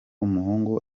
umuhungu